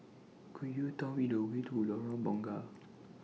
Could YOU Tell Me The Way to Lorong Bunga